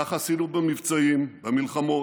כך עשינו במבצעים, במלחמות,